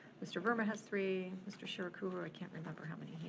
mr. verma has three. mr. cherukuri, i can't remember how many he,